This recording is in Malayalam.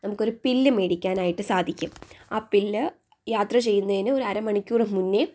നമുക്കൊരു പില്ല് മേടിക്കാനായിട്ട് സാധിക്കും ആ പില്ല് യാത്ര ചെയ്യുന്നതിന് ഒരു അര മണിക്കൂർ മുന്നേ